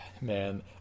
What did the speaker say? man